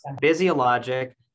physiologic